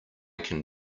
can